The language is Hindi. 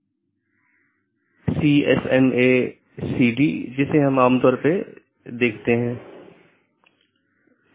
इसलिए हलका करने कि नीति को BGP प्रोटोकॉल में परिभाषित नहीं किया जाता है बल्कि उनका उपयोग BGP डिवाइस को कॉन्फ़िगर करने के लिए किया जाता है